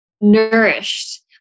nourished